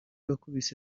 bakubise